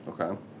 Okay